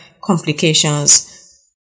complications